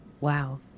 wow